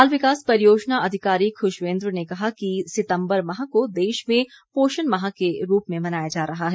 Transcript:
बाल विकास परियोजना अधिकारी खुशवेंद्र ने कहा कि सितम्बर माह को देश में पोषण माह के रूप में मनाया जा रहा है